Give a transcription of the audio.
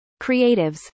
creatives